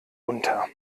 unter